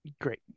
Great